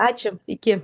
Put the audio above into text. ačiū iki